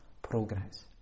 Progress